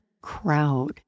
crowd